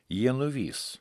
jie nuvys